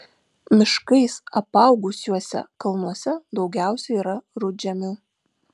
miškais apaugusiuose kalnuose daugiausia yra rudžemių